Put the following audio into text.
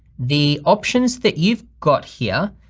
the options that you've got here,